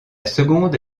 seconde